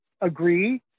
agree